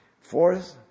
Fourth